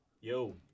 Yo